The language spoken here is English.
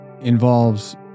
involves